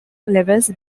level